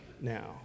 now